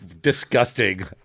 Disgusting